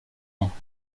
ans